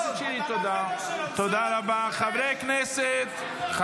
חבר הכנסת שירי.